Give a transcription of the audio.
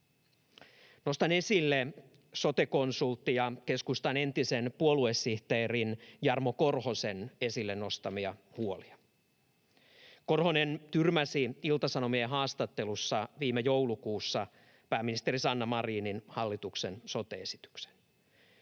Nostan esille sote-konsultin ja keskustan entisen puoluesihteerin Jarmo Korhosen esille nostamia huolia. Korhonen tyrmäsi Ilta-Sanomien haastattelussa viime joulukuussa pääministeri Sanna Marinin hallituksen sote-esityksen.